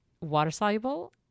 Water-soluble